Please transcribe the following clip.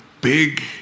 big